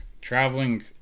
Traveling